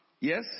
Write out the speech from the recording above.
Yes